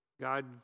God